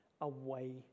away